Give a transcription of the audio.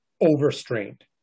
overstrained